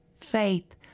faith